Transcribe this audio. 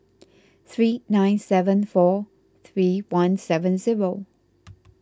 three nine seven four three one seven zero